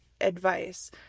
advice